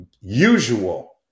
usual